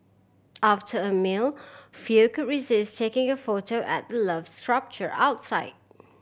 after a meal few could resist taking a photo at the Love sculpture outside